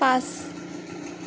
পাঁচ